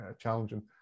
challenging